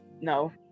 No